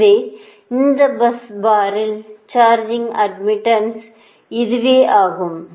எனவே இந்த பஸ் பாரின் சார்ஜிங் அட்மிட்டன்ஸ் இதுவே ஆகும்